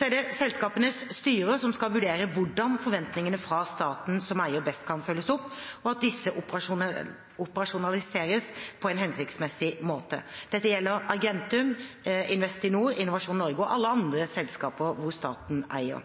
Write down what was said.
Det er selskapenes styrer som skal vurdere hvordan forventningene fra staten som eier best kan følges opp, og at disse operasjonaliseres på en hensiktsmessig måte. Dette gjelder Argentum, Investinor, Innovasjon Norge og alle andre selskaper hvor staten er eier.